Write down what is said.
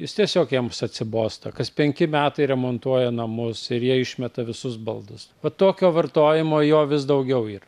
jis tiesiog jiems atsibosta kas penki metai remontuoja namus ir jie išmeta visus baldus va tokio vartojimo jo vis daugiau yr